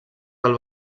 del